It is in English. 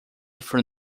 from